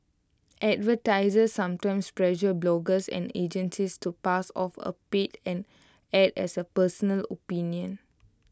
advertisers sometimes pressure bloggers and agencies to pass off A paid an Ad as personal opinion